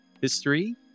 history